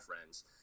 friends